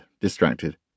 distracted